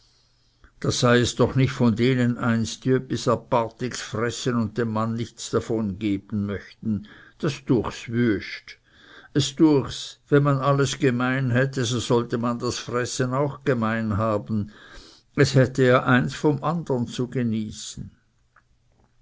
da sei es doch nicht von denen eins die öppis apartigs fressen und dem mann nichts davon geben möchten das düechs wüests es düechs wenn man alles gemein hätte so sollte man das fressen auch gemein haben es hätte es ja eins vom andern zu genießen